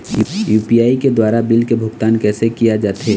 UPI के द्वारा bill के भुगतान कैसे किया जाथे?